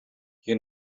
you